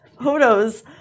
photos